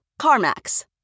CarMax